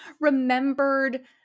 remembered